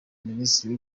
minisitiri